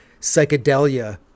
psychedelia